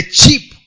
cheap